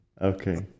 Okay